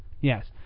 Yes